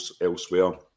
elsewhere